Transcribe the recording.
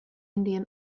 indian